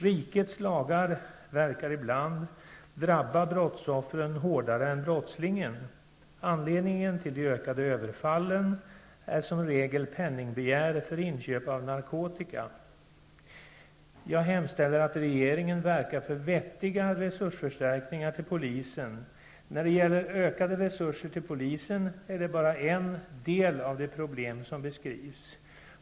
Rikets lagar verkar ibland drabba brottsoffren hårdare än brottslingen. Anledningen till de ökade överfallen är som regel penningbegär för inköp av narkotika. Jag hemställer att regeringen verkar för vettiga resursförstärkningar till polisen. Att det behövs ökade resurser till polisen är bara en del av det problem som beskrivs.